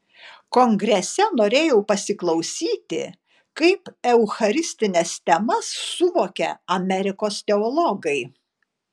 kongrese norėjau pasiklausyti kaip eucharistines temas suvokia amerikos teologai